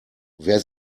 wer